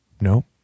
No